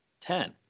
ten